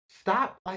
Stop